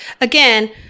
again